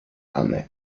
anne